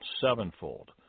sevenfold